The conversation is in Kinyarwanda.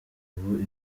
ubu